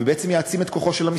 ובעצם יעצים את כוחו של המשרד,